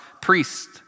priest